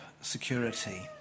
security